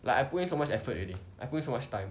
like I put in so much effort already I put in so much time